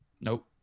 Nope